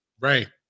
Right